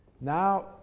Now